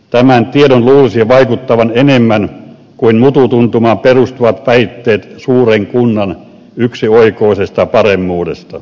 tämän tiedon luulisi vaikuttavan enemmän kuin mututuntumaan perustuvien väitteiden suuren kunnan yksioikoisesta paremmuudesta